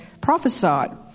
prophesied